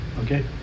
Okay